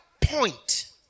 point